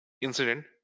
incident